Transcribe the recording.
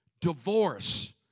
Divorce